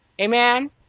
Amen